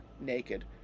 naked